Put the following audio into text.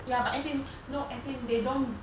ya but as in no as in they don't